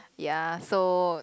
ya so